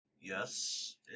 Yes